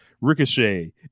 Ricochet